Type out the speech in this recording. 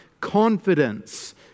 confidence